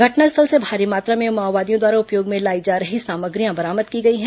घटनास्थल से भारी मात्रा में माओवादियों द्वारा उपयोग में लाई जा रही सामग्रियां बरामद की गई हैं